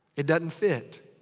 it doesn't fit.